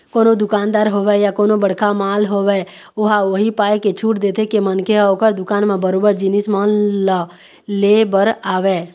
कोनो दुकानदार होवय या कोनो बड़का मॉल होवय ओहा उही पाय के छूट देथे के मनखे ह ओखर दुकान म बरोबर जिनिस मन ल ले बर आवय